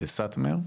סאטמר,